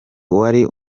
wari